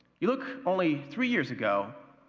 you look only three years ago,